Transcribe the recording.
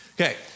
Okay